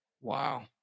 Wow